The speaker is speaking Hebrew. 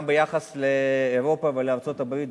גם ביחס לאירופה ולארצות-הברית,